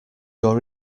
your